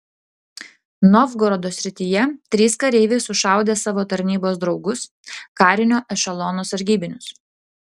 novgorodo srityje trys kareiviai sušaudė savo tarnybos draugus karinio ešelono sargybinius